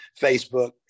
Facebook